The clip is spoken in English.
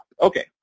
okay